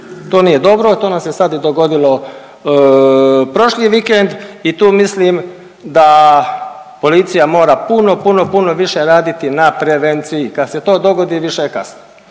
to nije dobro, to nam se sad i dogodilo prošli vikend i tu mislim da policija mora puno, puno, puno više raditi na prevenciji, kad se to dogodi više je kasno.